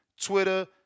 Twitter